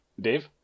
Dave